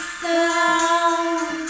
sound